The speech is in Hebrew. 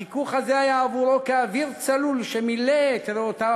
החיכוך הזה היה עבורו אוויר צלול שמילא את ריאותיו